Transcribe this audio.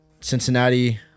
cincinnati